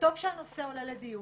וטוב שהנושא עולה לדיון.